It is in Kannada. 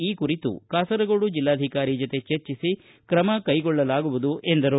ಈ ಕುರಿತು ಕಾಸರಗೋಡು ಜಿಲ್ಲಾಧಿಕಾರಿ ಜತೆ ಚರ್ಚಿಸಿ ಕ್ರಮ ಕೈಗೊಳ್ಳಲಾಗುವುದು ಎಂದರು